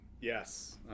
Yes